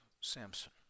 Samson